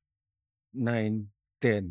nain, ten